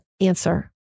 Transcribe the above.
answer